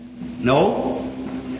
No